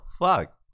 fuck